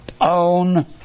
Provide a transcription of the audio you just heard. own